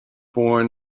born